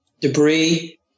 debris